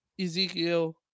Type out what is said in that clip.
Ezekiel